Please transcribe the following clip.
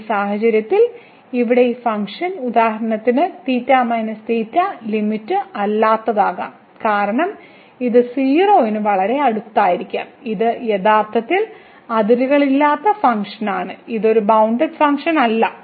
എന്നാൽ ഈ സാഹചര്യത്തിൽ ഇവിടെ ഈ ഫംഗ്ഷൻ ഉദാഹരണത്തിന് ഇത് ലിമിറ്റ് അല്ലാത്തതാകാം കാരണം ഇത് 0 ന് വളരെ അടുത്തായിരിക്കാം ഇത് യഥാർത്ഥത്തിൽ അതിരുകളില്ലാത്ത ഫംഗ്ഷന്റെമാണ് ഇത് ഒരു ബൌണ്ടഡ് ഫംഗ്ഷൻ അല്ല